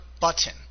button